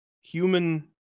human